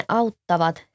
auttavat